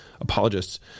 apologists